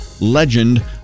Legend